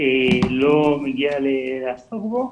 לא מגיע לעסוק בו.